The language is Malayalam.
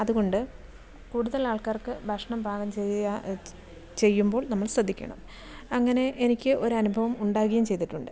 അതു കൊണ്ട് കൂടുതൽ ആൾക്കാർക്ക് ഭക്ഷണം പാകം ചെയ്യാൻ ചെയ്യുമ്പോൾ നമ്മൾ ശ്രദ്ധിക്കണം അങ്ങനെ എനിക്ക് ഒരനുഭവം ഉണ്ടാകുകയും ചെയ്തിട്ടുണ്ട്